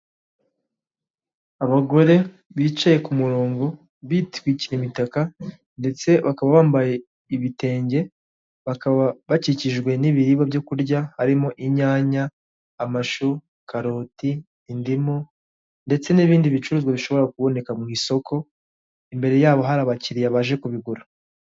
Abagore bicaye ku murongo bitwikiriye imitaka, ndetse bakaba bambaye ibitenge, bakaba bakikijwe n'ibiribwa byo kurya, harimo inyanya, amashu, karoti, indimu ndetse n'ibindi bicuruzwa bishobora kuboneka mu isoko, imbere ya bo hari abakiriya baje kubigura.